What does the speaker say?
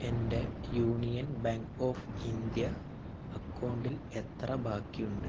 എൻ്റെ Union Bank of India അക്കൗണ്ടിൽ എത്ര ബാക്കിയുണ്ട്